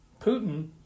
Putin